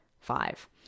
five